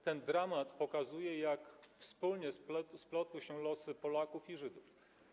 Ten dramat pokazuje, jak wspólnie splotły się losy Polaków i Żydów.